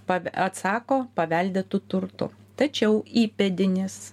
pav atsako paveldėtu turtu tačiau įpėdinis